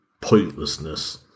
pointlessness